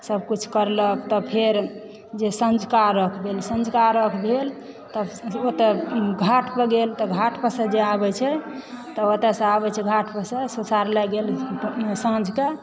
सभ कुछ करलक तब फेर जे संँझका अर्घ्य भेल जे संँझका अर्घ्य भेल तऽ ओतय घाट पर गेल तऽ घाट परसँ जे आबय छै तऽ ओतयसँ आबय छै घाट पर से प्रसाद लेने गेल साँझके